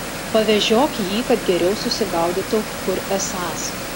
pavežiok jį kad geriau susigaudytų kur esąs